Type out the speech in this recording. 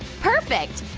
perfect,